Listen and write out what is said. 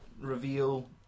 reveal